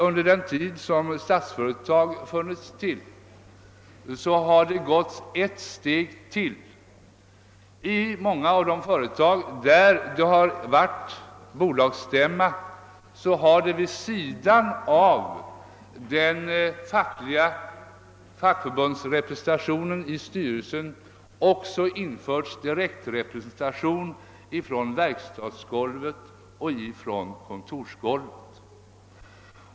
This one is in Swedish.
Under den tid som Statsföretag funnits har man tagit ett steg till; i många företag har det förutom fackförbundsrepresentationen i styrelsen införts direkirepresentation vid bolagsstämmorna från verkstadsgolvet och kontorsgolvet.